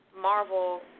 Marvel